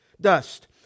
dust